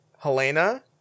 Helena